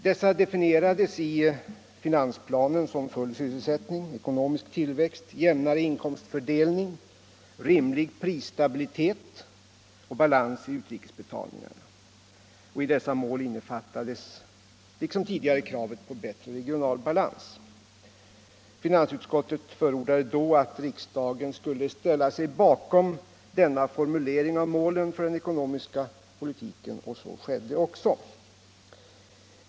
Dessa definierades i finansplanen som full sysselsättning, snabb ekonomisk tillväxt, jämnare inkomstfördelning, rimlig prisstabilitet och balans i utrikesbetalningarna. I dessa mål innefattas liksom tidigare kravet på bättre regional balans. Finansutskottet förordade att riksdagen skulle ställa sig bakom denna formulering av målen för den ekonomiska politiken, vilket också skedde.